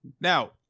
Now